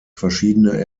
verschiedene